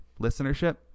listenership